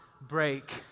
break